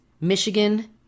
Michigan